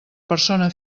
persona